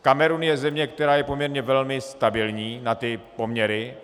Kamerun je země, která je poměrně velmi stabilní na ty poměry.